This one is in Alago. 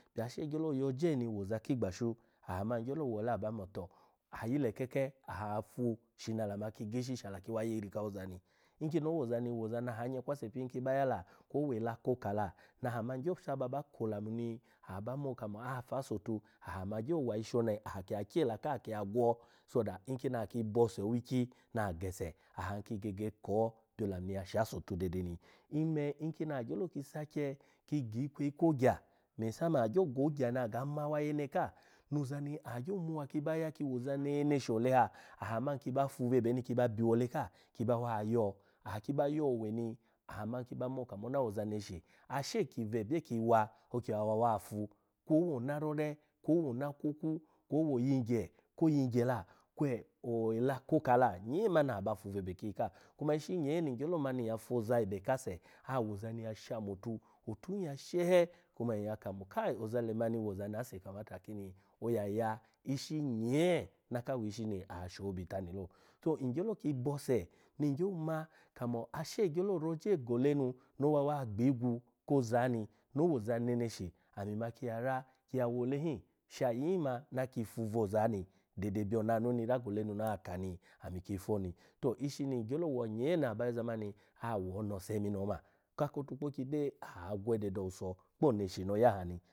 Bya ashe ni gyolo yo je ni woza wo ki igbashu, aha man gyolo wole aba mo to ayi lekeke, aha fu shini ala ma ki gishi shala ki wa yiri kawoza ni, nkini owoza ni aha anyakwase pin ki ba ya la kwe owela koka la na aha man gyo saba ko olamu ni aba bmo, kamo afase otu aha ma gyo wa ishole aha kiya kyela ka kiya gwo so that nkini aki boso oki na gese ahan ki gege ko byo alamu ni ya sha ase otu dede ni ime nkini agyolo sake ki gi ikweyi ko agya, mesama agyo go ogya ni aga ma aba ke woza neneshi ole ha aha man kiba fu ba biyiwa ole ka kiba wa yo aha kiba yo owe ni aha man kiba mo mona woza neshi, ashe ki bwe ebye kiwa, okiwa wa fu, kwo owona rore kwo owono kwokwu kwo owo oyingye ko yingye la kwe ela koka la nyee mani mani aba fu bwebe ki iyika. Kuma ishi nyee ni ngyelo mani nyya foza ebe kase awoza ni ya shamotu, otu hin ya shehe kuma nyya kamo oza lemani woza ni ase kamata kini oya ya ishi nyee naka wishi na shobiya ni lo. To ngyolo ki bose ni gyo ma kamo ashe gyo ro oje ngole nu no wawa gbi igwu kozani, no owoza neneshi ami ma kiya ra kiya wo ole hin sha ayin ma na kifu bwo ozani dede byoni ana ni ra gole nu no oya ka na ami ki fo ni. To ishini ngyolo wa na aba yoza mani awo onose mini oma. Ako otukpokyi aha gwede do owuso ko oza neshi no oyaha ni.